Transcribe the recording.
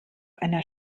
einer